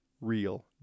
real